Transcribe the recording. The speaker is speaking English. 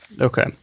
Okay